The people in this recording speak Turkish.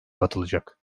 katılacak